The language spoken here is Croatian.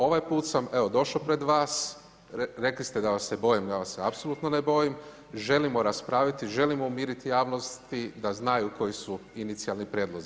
Ovaj put sam evo, došao pred vas, rekli ste da vas se bojim, ja vas se apsolutno ne bojim, želimo raspraviti, želimo umiriti javnost da znaju koji su inicijalni prijedlozi.